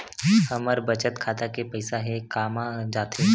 हमर बचत खाता के पईसा हे कामा जाथे?